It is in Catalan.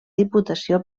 diputació